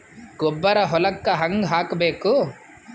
ಗೊಬ್ಬರ ಹೊಲಕ್ಕ ಹಂಗ್ ಹಾಕಬೇಕು?